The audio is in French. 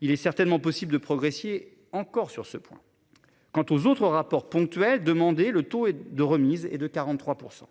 Il est certainement possible de progresser encore sur ce point. Quant aux autres rapports ponctuels demander le taux de remise et de 43%.